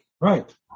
Right